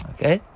Okay